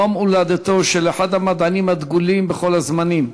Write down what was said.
יום הולדתו של אחד המדענים הדגולים בכל הזמנים,